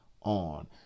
on